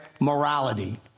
morality